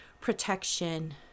protection